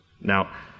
Now